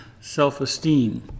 self-esteem